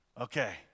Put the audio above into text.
Okay